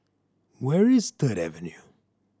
where is Third Avenue